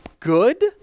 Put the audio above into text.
Good